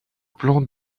plan